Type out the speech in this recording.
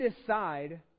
decide